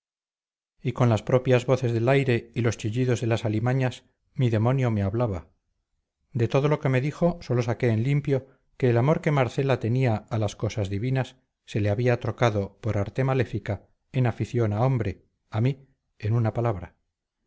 y con las propias voces del aire y los chillidos de las alimañas mi demonio me hablaba de todo lo que me dijo sólo saqué en limpio que el amor que marcela tenía a las cosas divinas se le había trocado por arte maléfica en afición a hombre a mí en una palabra